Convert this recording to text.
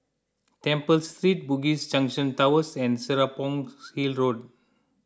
Temple Street Bugis Junction Towers and Serapong Hill Road